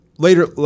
Later